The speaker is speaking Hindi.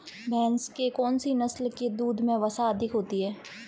भैंस की कौनसी नस्ल के दूध में वसा अधिक होती है?